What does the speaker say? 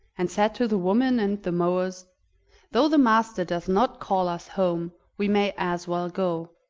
and said to the women and the mowers though the master does not call us home, we may as well go.